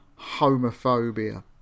homophobia